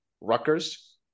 Rutgers